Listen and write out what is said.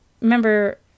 remember